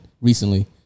recently